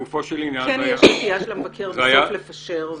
כן יש נטייה של המבקר לנסות לפשר.